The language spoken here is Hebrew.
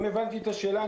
אם הבנתי את השאלה,